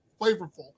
flavorful